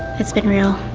it's been real.